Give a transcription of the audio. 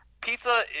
Pizza